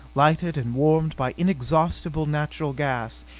lighted and warmed by inexhaustible natural gas,